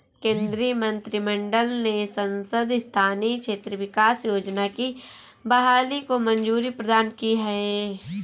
केन्द्रीय मंत्रिमंडल ने सांसद स्थानीय क्षेत्र विकास योजना की बहाली को मंज़ूरी प्रदान की है